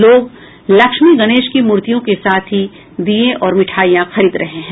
लोग लक्ष्मी गणेश की मूर्तियों के साथ ही दीये और मिठाईयां खरीद रहे हैं